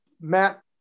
Matt